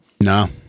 No